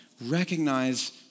recognize